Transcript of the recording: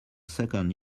second